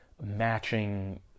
Matching